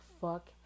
fuck